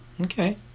Okay